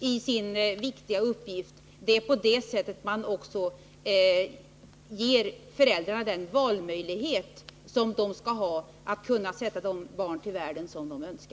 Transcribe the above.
i sin viktiga uppgift ger man också föräldrarna den valmöjlighet som de skall ha när det gäller att sätta de barn till världen som de önskar.